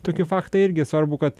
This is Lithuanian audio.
tokį faktą irgi svarbu kad